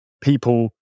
people